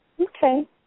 Okay